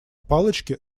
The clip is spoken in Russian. палочки